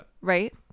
Right